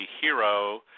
hero